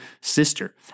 sister